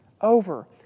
over